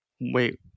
wait